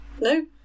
no